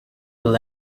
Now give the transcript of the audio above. will